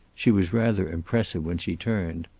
she was rather impressive when she turned.